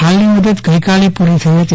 હાલની મુદત ગઈકાલે પુરી થઈહત